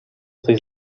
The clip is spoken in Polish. coś